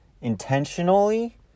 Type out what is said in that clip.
intentionally